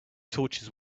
torches